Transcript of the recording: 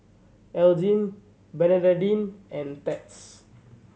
Elgin Bernadine and Theda